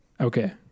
Okay